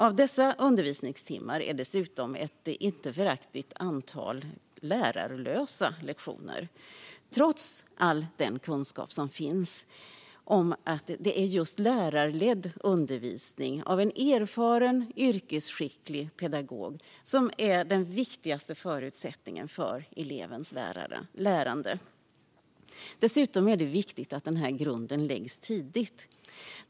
Av dessa undervisningstimmar är dessutom ett inte föraktligt antal lärarlösa lektioner, trots all kunskap som finns om att det är just lärarledd undervisning av en erfaren, yrkesskicklig pedagog som är den viktigaste förutsättningen för elevens lärande. Dessutom är det viktigt att grunden läggs tidigt.